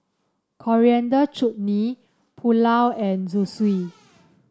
Coriander Chutney Pulao and Zosui